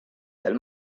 del